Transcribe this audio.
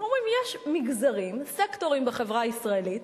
אנחנו אומרים: יש מגזרים, סקטורים בחברה הישראלית,